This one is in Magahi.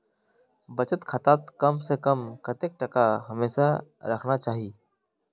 बचत खातात कम से कम कतेक टका हमेशा रहना चही?